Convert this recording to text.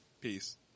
Peace